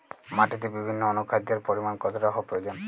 মাটিতে বিভিন্ন অনুখাদ্যের পরিমাণ কতটা হওয়া প্রয়োজন?